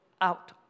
out